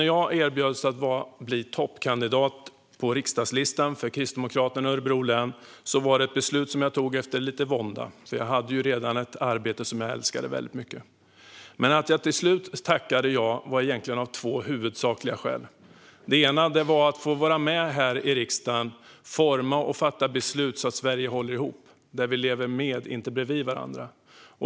När jag erbjöds att bli toppkandidat på riksdagslistan för Kristdemokraterna i Örebro län var det ett beslut som jag fattade med lite vånda, för jag hade redan ett arbete som jag älskade mycket. Att jag till slut tackade ja var egentligen av två huvudsakliga skäl. Det ena var att få vara med här i riksdagen och forma och fatta beslut, så att Sverige håller ihop och där vi lever med och inte bredvid varandra.